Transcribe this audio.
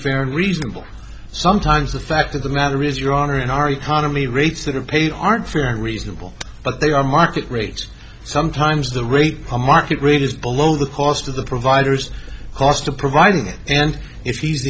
fair and reasonable sometimes the fact of the matter is your honor in our economy rates that are paid aren't fair and reasonable but they are market rate sometimes the rate a market rate is below the cost of the providers cost to provide it and if he's